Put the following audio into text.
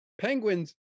Penguins